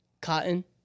cotton